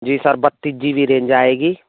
जी sir बत्तीस GB range आएगी